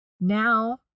Now